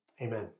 amen